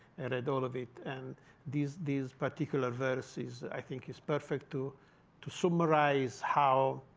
and i read all of it. and these these particular verses, i think, is perfect to to summarize how